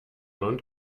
und